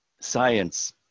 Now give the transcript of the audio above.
science